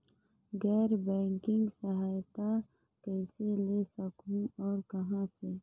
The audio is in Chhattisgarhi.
गैर बैंकिंग सहायता कइसे ले सकहुं और कहाँ से?